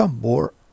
more